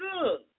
good